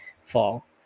fall